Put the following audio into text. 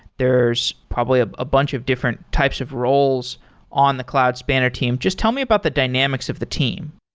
there's probably a ah bunch of different types of roles on the cloud spanner team. just tell me about the dynamics of the team.